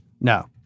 No